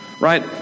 Right